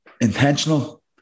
intentional